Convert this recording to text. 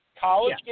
college